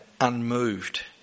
unmoved